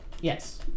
Yes